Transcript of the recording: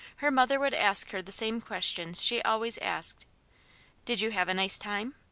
her mother would ask her the same questions she always asked did you have a nice time?